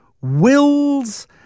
wills